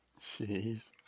Jeez